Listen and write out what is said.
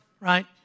right